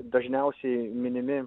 dažniausiai minimi